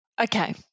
Okay